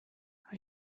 are